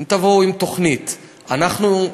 אם תבואו עם תוכנית, אנחנו,